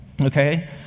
okay